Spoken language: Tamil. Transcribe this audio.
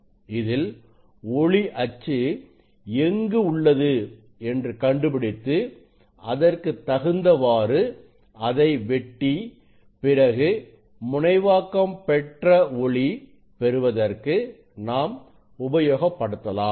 இதில் ஒளி அச்சு எங்கு உள்ளது என்று கண்டுபிடித்து அதற்கு தகுந்தவாறு அதை வெட்டி பிறகு முனைவாக்கம் பெற்ற ஒளி பெறுவதற்கு நாம் உபயோகப்படுத்தலாம்